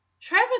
Travis